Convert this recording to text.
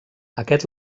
aquest